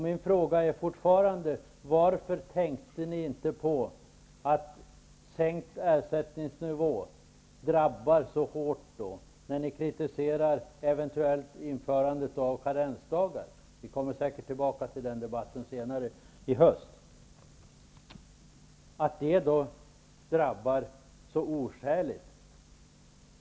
Min fråga är fortfarande: Varför tänker ni inte på att en sänkning av ersättningsnivån drabbar så hårt, när ni kritiserar ett eventuellt införande av karensdagar, och säger att det drabbar på ett oskäligt sätt? Vi kommer säkert tillbaka till den debatten senare i höst.